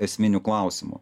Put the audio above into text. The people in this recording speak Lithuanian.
esminių klausimų